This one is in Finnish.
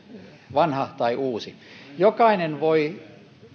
vanha tai uusi jokainen voi